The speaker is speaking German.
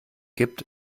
gibt